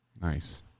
Nice